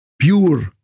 pure